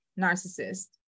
narcissist